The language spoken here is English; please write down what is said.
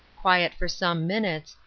quiet for some minutes,